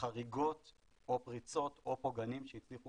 חריגות או פריצות או פוגענים שהצליחו